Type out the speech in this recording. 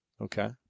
Okay